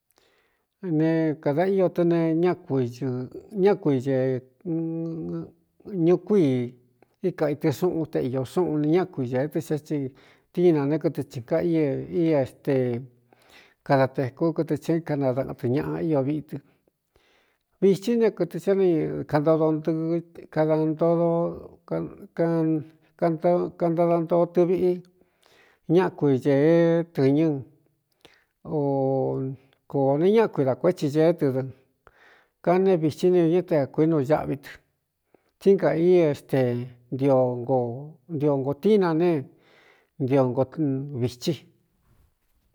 Ne kāda ío tɨ ne ñákui ē ñukú i íka itɨ xúꞌun te iō súꞌūn ne ñákui ñēe tɨ xá tsi tína ne kɨtɨ tsi ga i é iste kada tēkú kɨtɨ tsī kanadaꞌan tɨ ñaꞌa ío viꞌi tɨ vītsí ne kɨtɨ tá ni kaꞌntodo ntɨɨ kada ntodo kaꞌntadantoo tɨviꞌi ñákui cēé tɨ̄ñɨ́ o kō neé ñákui dā kuétsi ñeé tɨ dɨ kaneé vitsí ne ūñɨ́ teakuínu ñáꞌví tɨ tsí nga ist ntio ngōtíin na ne nivitsí.